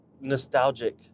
nostalgic